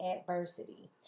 adversity